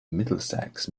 middlesex